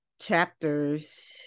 chapters